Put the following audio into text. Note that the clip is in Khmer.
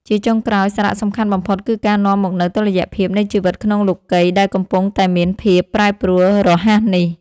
ជាចុងក្រោយ សារៈសំខាន់បំផុតគឺការនាំមកនូវតុល្យភាពនៃជីវិតក្នុងលោកិយដែលកំពុងតែមានភាពប្រែប្រួលរហ័សនេះ។